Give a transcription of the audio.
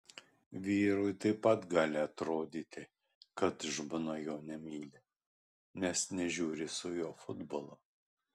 vyrui taip pat gali atrodyti kad žmona jo nemyli nes nežiūri su juo futbolo